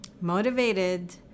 motivated